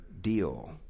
deal